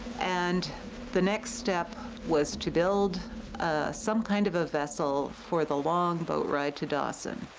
and the next step was to build some kind of a vessel for the long boat ride to dawson.